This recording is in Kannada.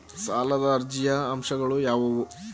ಸಾಲದ ಅರ್ಜಿಯ ಅಂಶಗಳು ಯಾವುವು?